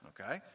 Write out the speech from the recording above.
okay